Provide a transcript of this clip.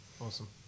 Awesome